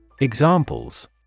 Examples